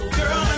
Girl